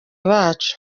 bacu